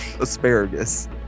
Asparagus